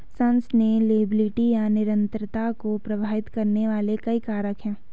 sustainability या निरंतरता को प्रभावित करने वाले कई कारक हैं